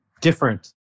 different